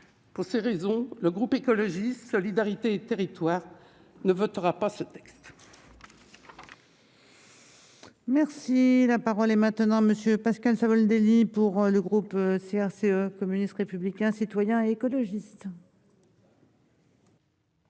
toutes ces raisons, le groupe Écologiste - Solidarité et Territoires ne votera pas ce texte. La parole est à M. Pascal Savoldelli, pour le groupe communiste républicain citoyen et écologiste.